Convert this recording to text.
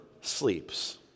sleeps